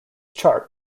chart